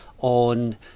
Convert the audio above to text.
on